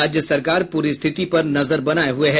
राज्य सरकार पूरी स्थिति पर नजर बनाये हुए हैं